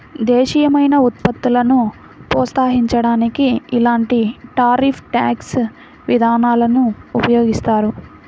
దేశీయమైన ఉత్పత్తులను ప్రోత్సహించడానికి ఇలాంటి టారిఫ్ ట్యాక్స్ విధానాలను ఉపయోగిస్తారు